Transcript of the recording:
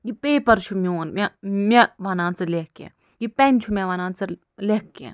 یہِ پیٚپر چھُ میون مےٚ مےٚ وَنان ژٕ لٮ۪کھ کیٚنٛہہ یہِ پٮ۪ن چھُ وَنان ژٕ لٮ۪کھ کیٚنٛہہ